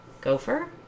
gopher